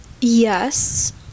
yes